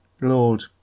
lord